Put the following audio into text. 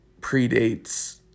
predates